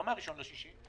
לא מהראשון ביוני.